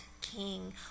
king